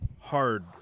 hard